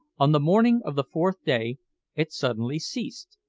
on the morning of the fourth day it suddenly ceased,